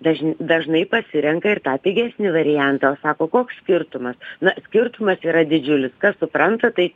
dažn dažnai pasirenka ir tą pigesnį variantą sako o koks skirtumas na skirtumas yra didžiulis kas supranta tai